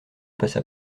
passa